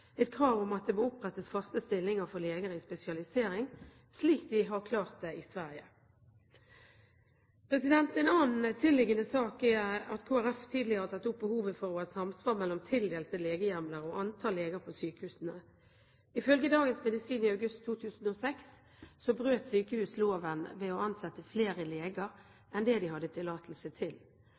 et krav om at det må opprettes faste stillinger for leger i spesialisering, slik de har klart i Sverige. En annen tilliggende sak er at Kristelig Folkeparti tidligere har tatt opp behovet for å ha samsvar mellom tildelte legehjemler og antallet leger på sykehusene. Ifølge Dagens Medisin i august 2006 brøt sykehus loven ved å ansette flere leger enn det de hadde tillatelse til.